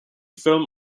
film